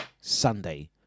Sunday